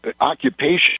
occupation